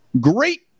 Great